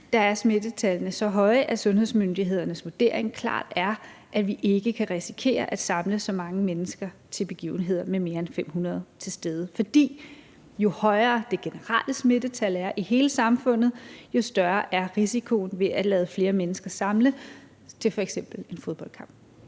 er smittetallene så høje, at sundhedsmyndighedernes vurdering klart er, at vi ikke kan risikere at samle så mange mennesker til begivenheder med mere end 500 mennesker til stede. For jo højere smittetallet er i hele samfundet, jo større er risikoen for at lade flere mennesker samles til f.eks. en fodboldkamp.